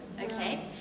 okay